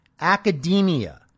academia